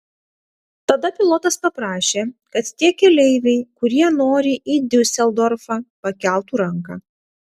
tada pilotas paprašė kad tie keleiviai kurie nori į diuseldorfą pakeltų ranką